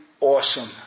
awesome